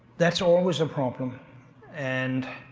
that's always a problem and.